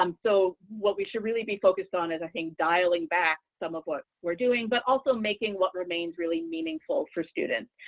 um so what we should really be focused on is i think dialing back some of what we're doing but also making what remains really meaningful for students,